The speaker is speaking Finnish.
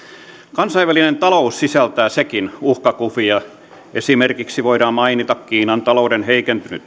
kansainvälinen talous sisältää sekin uhkakuvia esimerkiksi voidaan mainita kiinan talouden heikentynyt